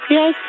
Yes